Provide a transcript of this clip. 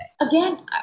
Again